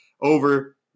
over